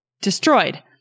destroyed